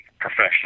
professional